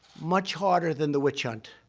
much harder than the witch hunt,